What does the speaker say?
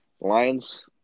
Lions